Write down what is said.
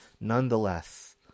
nonetheless